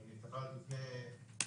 היא רק נפתחה לפני כחודשיים.